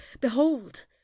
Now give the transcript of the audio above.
Behold